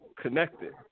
connected